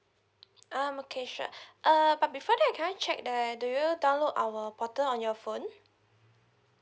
um okay sure err but before that can I check that do you download our portal on your phone